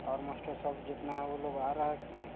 और मास्टर साहब जितना है वे लोग आ रहा है कि नहीं